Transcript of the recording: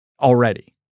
already